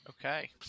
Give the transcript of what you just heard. Okay